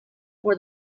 for